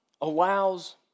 allows